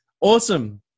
awesome